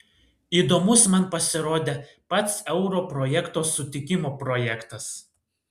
įdomus man pasirodė pats euro projekto sutikimo projektas